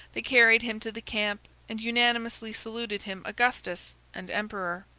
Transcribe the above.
they carried him to the camp, and unanimously saluted him augustus and emperor.